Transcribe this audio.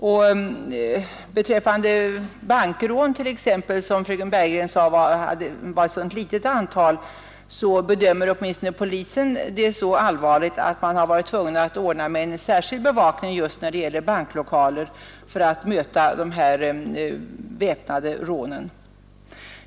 Fröken Bergegren sade vidare att t.ex. antalet bankrån var litet. Men polisen bedömer det åtminstone så allvarligt att man har varit tvungen att ordna med en särskild bevakning för banklokaler för att möta väpnade rånförsök.